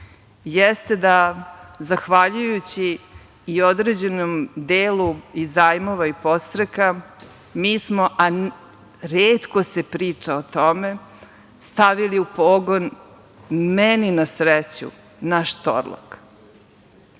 jeste da zahvaljujući i određenom delu i zajmova i podstreka, mi smo, a retko se priča o tome, stavili u pogon, meni na sreću, naš Torlak. Ja